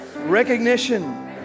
recognition